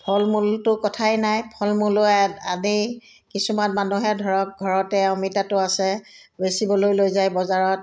ফল মূলটো কথাই নাই ফল মূলো অ আদেই কিছুমান মানুহে ধৰক ঘৰতে অমিতাটো আছে বেচিবলৈ লৈ যায় বজাৰত